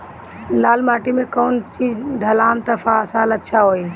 लाल माटी मे कौन चिज ढालाम त फासल अच्छा होई?